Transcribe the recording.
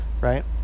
right